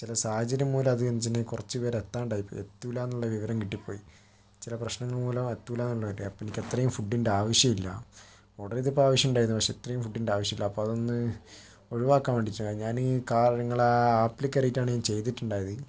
ചില സാഹചര്യം മൂലം അത് കുറച്ചു പേരെ എത്താണ്ടായി എത്തൂല്ല എന്നുള്ള വിവരം കിട്ടിപ്പോയി ചില പ്രശ്നങ്ങൾ മൂലം എത്തൂല്ല എന്നുള്ളത് അപ്പോൾ എനിക്ക് അത്രയും ഫുഡിൻ്റെ ആവശ്യമില്ല ഓർഡർ ചെയ്തപ്പോൾ ആവശ്യമുണ്ടായിരുന്നു പക്ഷേ ഇത്രയും ഫുഡിൻ്റെ ആവശ്യമില്ല അപ്പോൾ അതൊന്ന് ഒഴിവാക്കാൻ വേണ്ടിയിട്ടായിരുന്നു ഞാൻ കാർ നിങ്ങളെ ആ ആപ്പിൽ കേറിയിട്ടായിരുന്നു ഞാൻ ചെയ്തിട്ടുണ്ടായിരുന്നത്